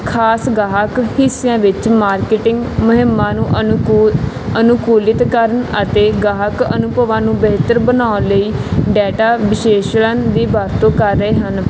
ਖ਼ਾਸ ਗਾਹਕ ਹਿੱਸੇ ਵਿੱਚ ਮਾਰਕੀਟਿੰਗ ਮੁਹਿੰਮਾਂ ਨੂੰ ਅਨੁਕੂਲ ਅਨੁਕੂਲਿਤ ਕਰਨ ਅਤੇ ਗਾਹਕ ਅਨੁਭਵਾਂ ਨੂੰ ਬਿਹਤਰ ਬਣਾਉਣ ਲਈ ਡੈਟਾ ਵਿਸ਼ੇਸ਼ਣ ਦੀ ਵਰਤੋਂ ਕਰ ਰਹੇ ਹਨ